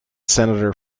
senator